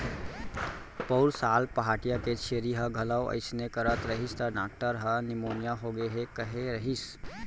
पउर साल पहाटिया के छेरी ह घलौ अइसने करत रहिस त डॉक्टर ह निमोनिया होगे हे कहे रहिस